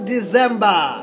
December